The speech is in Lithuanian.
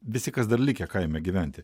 visi kas dar likę kaime gyventi